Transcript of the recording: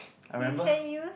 you can use